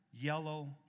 yellow